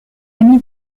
ami